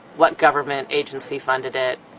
what government agency funded it,